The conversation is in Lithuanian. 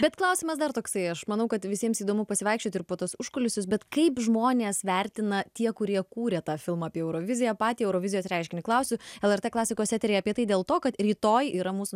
bet klausimas dar toksai aš manau kad visiems įdomu pasivaikščioti ir po tuos užkulisius bet kaip žmonės vertina tie kurie kūrė tą filmą apie euroviziją patį eurovizijos reiškinį klausiu lrt klasikos eteryje apie tai dėl to kad rytoj yra mūsų